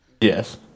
Yes